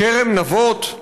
כרם נבות?